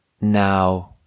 now